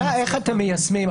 השאלה איך אתם מיישמים.